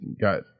got